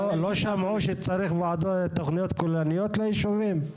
לא שמעו שצריך תכניות כוללניות ליישובים?